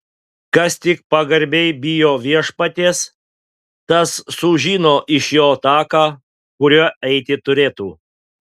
kas tik pagarbiai bijo viešpaties tas sužino iš jo taką kuriuo eiti turėtų